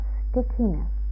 stickiness